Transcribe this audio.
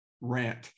rant